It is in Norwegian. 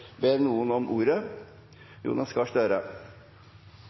Ber noen om ordet?